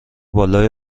بالای